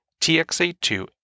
TXA2